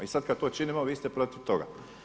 I sada kada to činimo, vi ste protiv toga.